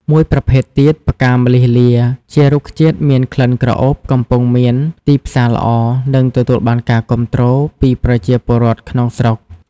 មួយប្រភេទទៀត ផ្កាម្លិះលា ជារុក្ខជាតិមានក្លិនក្រអូប កំពុងមានទីផ្សារល្អ និងទទួលបានការគាំទ្រ ពីប្រជាពលរដ្ឋក្នុងស្រុក